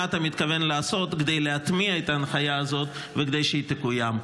מה אתה מתכוון לעשות כדי להטמיע את ההנחיה הזאת וכדי שהיא תקוים?